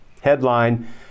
Headline